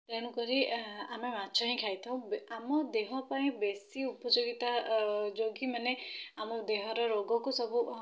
ତେଣୁ କରି ଆମେ ମାଛ ହିଁ ଖାଇଥାଉ ଆମ ଦେହ ପାଇଁ ବେଶୀ ଉପଯୋଗିତା ଯେଉଁକି ମାନେ ଆମ ଦେହର ରୋଗକୁ ସବୁ